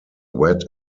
wet